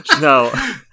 no